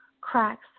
cracks